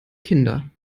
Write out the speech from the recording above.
kinder